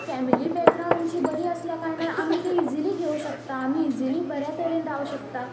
family background आमची बरी आसल्या कारणान आमी ती इजिली घेवंक शकता आमी इजिली बऱ्या तरेन रावंक शकता